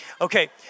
Okay